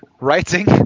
writing